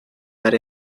dar